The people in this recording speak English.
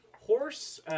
horse